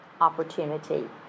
opportunity